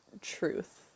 truth